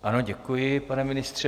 Ano, děkuji, pane ministře.